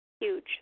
Huge